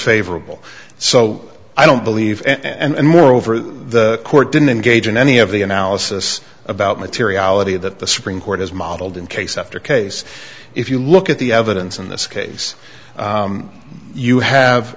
favorable so i don't believe and moreover the court didn't engage in any of the analysis about materiality that the supreme court has modeled in case after case if you look at the evidence in this case you have